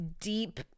deep